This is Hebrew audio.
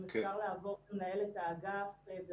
אם אפשר לעבור למנהלת אגף האירוח,